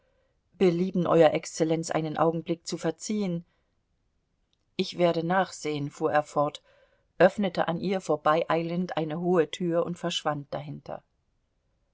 belieben euer exzellenz einen augenblick zu verziehen ich werde nachsehen fuhr er fort öffnete an ihr vorbeieilend eine hohe tür und verschwand dahinter